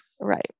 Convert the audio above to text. right